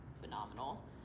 phenomenal